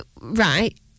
right